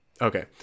Okay